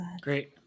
great